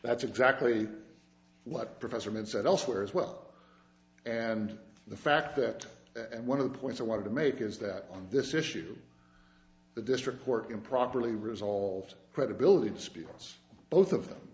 that's exactly what professor had said elsewhere as well and the fact that and one of the points i wanted to make is that on this issue the district court improperly resolved credibility and spiels both of them